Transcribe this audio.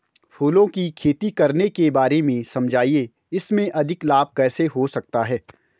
फूलों की खेती करने के बारे में समझाइये इसमें अधिक लाभ कैसे हो सकता है?